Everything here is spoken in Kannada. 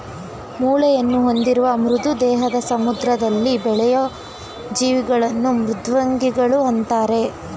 ಮೂಳೆಯನ್ನು ಹೊಂದಿರದ ಮೃದು ದೇಹದ ಸಮುದ್ರದಲ್ಲಿ ಬೆಳೆಯೂ ಜೀವಿಗಳನ್ನು ಮೃದ್ವಂಗಿಗಳು ಅಂತರೆ